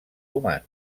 humans